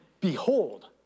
behold